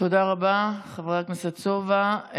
תודה רבה, חבר הכנסת סובה.